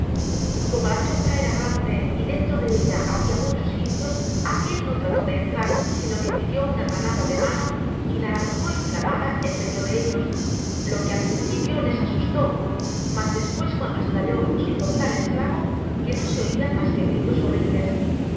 como la choza era grande y dentro de ella habia muchos radios aquel no trató de entrar sino que pidio una granada de mano y la arrojó inflamada en medio de ellos lo que al principio les asustó mas despues cuando estalló hizo tal estrago que no se oian mas que gritos horribles en